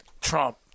Trump